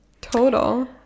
total